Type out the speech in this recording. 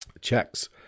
Checks